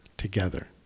together